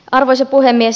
arvoisa puhemies